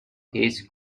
his